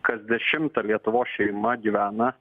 kas dešimta lietuvos šeima gyvena